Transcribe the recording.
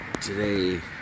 today